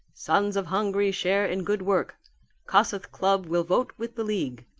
sons of hungary share in good work kossuth club will vote with the league.